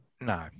No